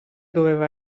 doveva